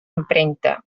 empremta